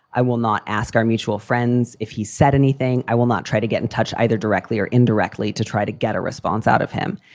i will not ask our mutual friends if he said anything. i will not try to get in touch either directly or indirectly, to try to get a response out of him.